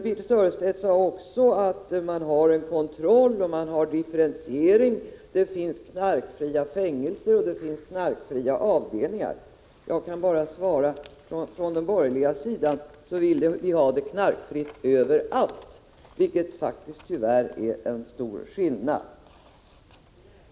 Vidare sade Birthe Sörestedt att man har en kontroll och en differentiering och att det finns knarkfria fängelser och avdelningar. Jag vill säga att vi på den borgerliga sidan vill ha det knarkfritt överallt, vilket faktiskt är en stor skillnad.